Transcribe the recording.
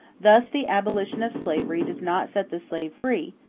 thus the abolition of slavery does not set the slave free,